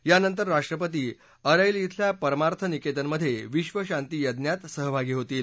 यानंतर राष्ट्रपती अरेल खेल्या परमार्थ निकेतन मध्ये विक्ष शांती यज्ञात सहभागी होतील